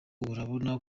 urabona